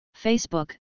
Facebook